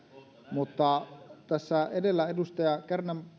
mutta tässä edellä edustaja kärnän